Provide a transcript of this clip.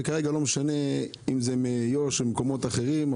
וכרגע זה לא משנה אם זה מאיו"ש או ממקומות אחרים.